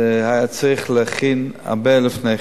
היה צריך להכין אותם הרבה לפני כן.